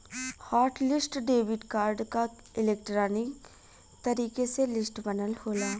hot list debit card क electronic तरीके से लिस्ट बनल होला